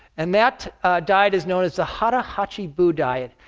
and that diet is known as the hara, hatchi, bu diet.